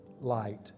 light